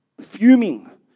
fuming